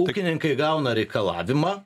ūkininkai gauna reikalavimą